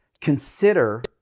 consider